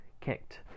kicked